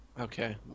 Okay